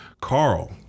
Carl